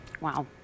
Wow